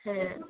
হ্যাঁ